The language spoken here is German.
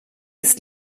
ist